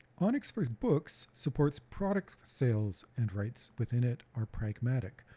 onix for books supports product sales, and rights within it are pragmatic.